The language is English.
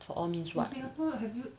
for all means [what]